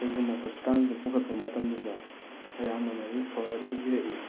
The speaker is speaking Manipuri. ꯀꯔꯤꯒꯨꯝꯕ ꯍꯣꯁꯄꯤꯇꯥꯜꯁꯤꯗ ꯄꯨꯈꯠꯄ ꯃꯇꯝꯗꯨꯗ ꯑꯌꯥꯝꯕꯅ ꯔꯤꯐꯔ ꯑꯗꯨꯝ ꯏꯔꯛꯏ